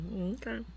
Okay